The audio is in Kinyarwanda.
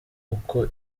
uko